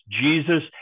Jesus